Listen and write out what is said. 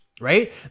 Right